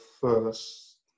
first